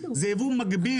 זה יבוא מגביל